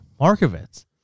Markovitz